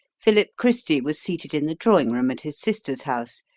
philip christy was seated in the drawing-room at his sister's house,